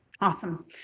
Awesome